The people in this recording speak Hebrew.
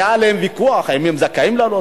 היה עליהם ויכוח אם הם זכאים לעלות,